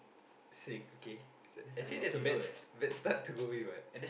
sick okay actually that's a bad bad start to go with what